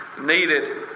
needed